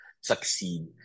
succeed